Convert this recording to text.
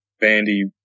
Bandy